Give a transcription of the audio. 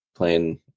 Playing